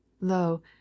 Lo